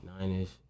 Nine-ish